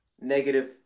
negative